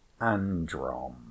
Androm